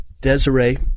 Desiree